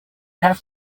have